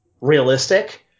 realistic